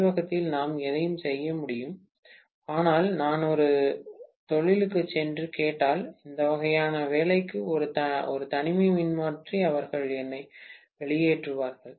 ஆய்வகத்தில் நாம் எதையும் செய்ய முடியும் ஆனால் நான் ஒரு தொழிலுக்குச் சென்று கேட்டால் இந்த வகையான வேலைக்கு ஒரு தனிமை மின்மாற்றி அவர்கள் என்னை வெளியேற்றுவார்கள்